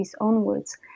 onwards